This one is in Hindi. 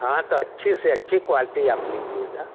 हाँ तो अच्छी से अच्छी क्वालिटी आप लीजिएगा